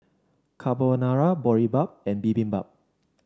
Carbonara Boribap and Bibimbap